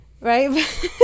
right